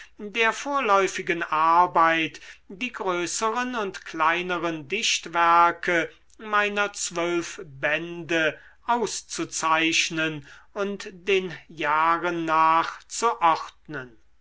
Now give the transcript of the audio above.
der vorläufigen arbeit die größeren und kleineren dichtwerke meiner zwölf bände auszuzeichnen und den jahren nach zu ordnen